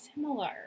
similar